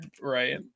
right